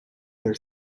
their